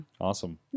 awesome